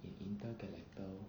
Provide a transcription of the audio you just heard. in intergalactal